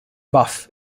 buff